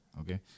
Okay